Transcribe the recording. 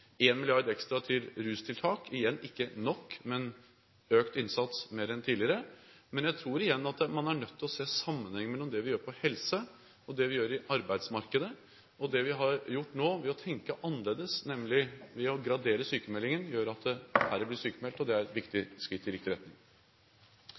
ekstra til rustiltak. Igjen: Dette er ikke nok, men det er en økt innsats – mer enn tidligere. Men jeg tror igjen man er nødt til å se en sammenheng mellom det vi gjør innen helse, og det vi gjør i arbeidsmarkedet. Det vi har gjort nå ved å tenke annerledes, nemlig ved å gradere sykmeldingen, gjør at færre blir sykmeldt, og det er et